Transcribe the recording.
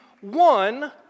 one